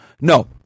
No